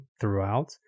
throughout